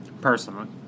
personally